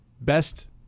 best